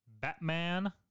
Batman